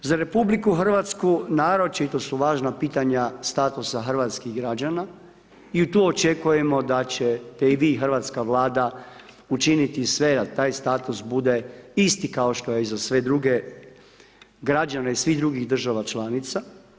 Za RH naročito su važna pitanja statusa hrvatskih građana i tu očekujemo da ćete i vi i hrvatska Vlada učiniti sve da taj status bude isti kao što je i za sve druge građane i svih drugih država članica.